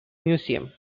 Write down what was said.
museum